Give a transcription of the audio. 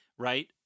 Right